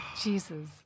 Jesus